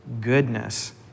goodness